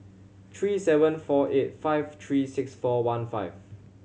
three seven four eight five three six four one five